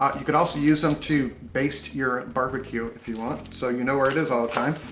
ah you can also use them to baste your barbecue if you want. so, you know where it is all the time.